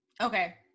Okay